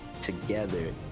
together